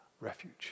refuge